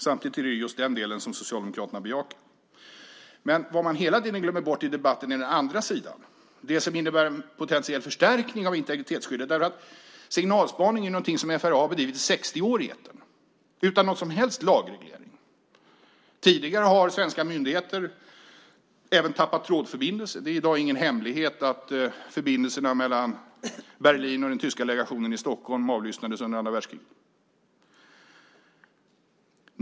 Samtidigt är det just den delen som Socialdemokraterna bejakar. Vad man hela tiden glömmer bort i debatten är den andra sidan, det som innebär en potentiell förstärkning av integritetsskyddet. Signalspaning är någonting som FRA har bedrivit i etern i 60 år utan någon som helst lagreglering. Tidigare har svenska myndigheter även tappat trådförbindelser. Det är i dag ingen hemlighet att förbindelserna mellan Berlin och den tyska legationen i Stockholm avlyssnades under andra världskriget.